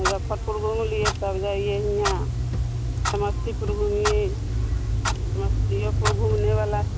मुज़्ज़फ़्फ़रपुर घूम लिए तब जाइए हियाँ समस्तीपुर घूमिए समस्तिपुर घूमने वाला